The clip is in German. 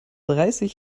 dreißig